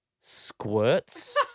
squirts